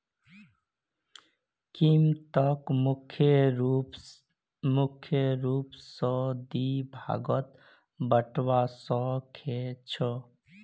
कीमतक मुख्य रूप स दी भागत बटवा स ख छ